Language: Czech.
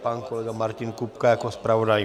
Pan kolega Martin Kupka jako zpravodaj?